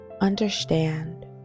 Understand